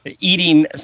eating